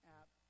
app